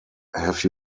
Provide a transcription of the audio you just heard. have